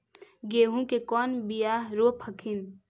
गेहूं के कौन बियाह रोप हखिन?